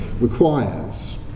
requires